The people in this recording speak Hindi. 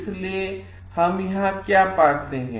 इसलिए हम यहाँ क्या पाते हैं